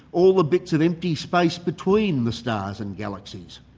all the bits of empty space between the stars and galaxies.